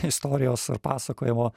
istorijos ir pasakojimo